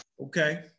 Okay